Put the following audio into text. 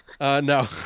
No